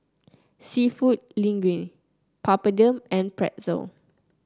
seafood Linguine Papadum and Pretzel